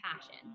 passion